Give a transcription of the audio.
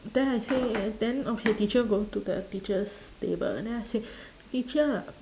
then I say then okay teacher go to the teacher's table then I say teacher